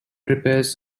prepares